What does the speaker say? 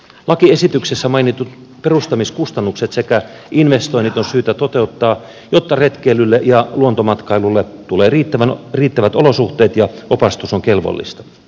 lakiesityksessä mainitut perustamiskustannukset sekä investoinnit on syytä toteuttaa jotta retkeilylle ja luontomatkailulle tulee riittävät olosuhteet ja opastus on kelvollista